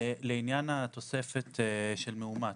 לעניין התוספת של מאומת,